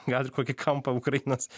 gal ir kokį kampą ukrainos